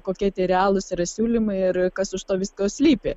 kokie realūs yra siūlymai ir kas už to visko slypi